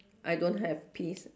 I don't have peas